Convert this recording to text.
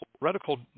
radical